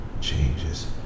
changes